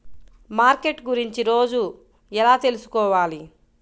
Market గురించి రోజు ఎలా తెలుసుకోవాలి?